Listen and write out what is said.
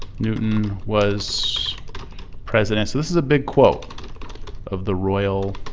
newton was president so this is a big quote of the royal